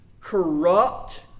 corrupt